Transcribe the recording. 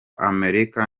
amerika